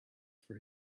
for